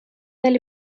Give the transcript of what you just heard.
del